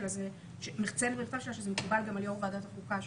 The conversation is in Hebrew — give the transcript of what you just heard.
שלה שזה מקובל גם על יושב-ראש ועדת החוקה.